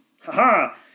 Ha-ha